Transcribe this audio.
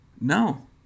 No